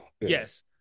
yes